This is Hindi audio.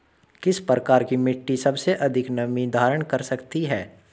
किस प्रकार की मिट्टी सबसे अधिक नमी धारण कर सकती है?